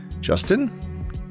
Justin